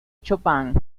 chopin